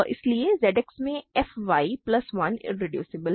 इसलिए ZX में f y plus 1 irreducible है